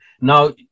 Now